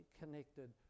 connected